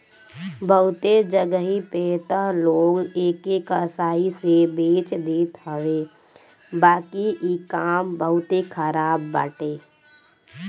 बहुते जगही पे तअ लोग एके कसाई से बेच देत हवे बाकी इ काम बहुते खराब बाटे